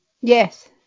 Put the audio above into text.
Yes